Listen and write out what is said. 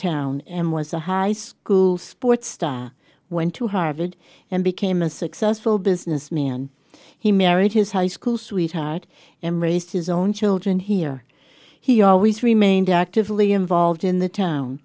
town and was a high school sports star went to harvard and became a successful businessman he married his high school sweetheart and raised his own children here he always remained actively involved in the town